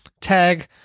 tag